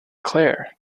claire